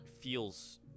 Feels